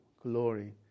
glory